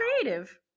creative